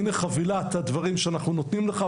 הינה חבילת הדברים שאנחנו נותנים לך,